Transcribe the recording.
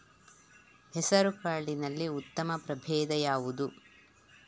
ಹೆಸರುಕಾಳಿನಲ್ಲಿ ಉತ್ತಮ ಪ್ರಭೇಧ ಯಾವುದು?